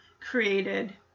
created